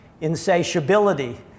insatiability